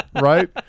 Right